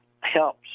helps